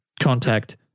Contact